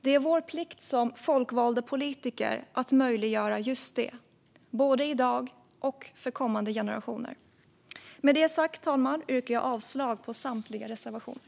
Det är vår plikt som folkvalda politiker att möjliggöra just det, både i dag och för kommande generationer. Med det sagt, fru talman, yrkar jag avslag på samtliga reservationer.